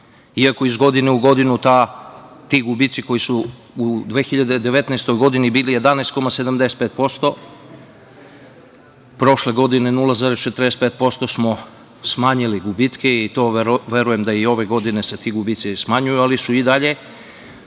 iako iz godine u godinu ti gubici koji su u 2019. godini bili 11,75%, prošle godine 0,45% smo smanjili gubitke i verujem da se i ove godine ti gubici smanjuju, ali su i dalje